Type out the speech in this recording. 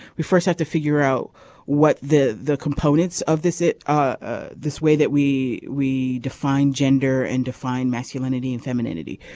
we first have to figure out what the the components of this it ah this way that we we define gender and define masculinity and femininity.